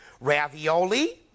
Ravioli